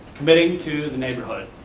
committing to the neighborhood.